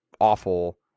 awful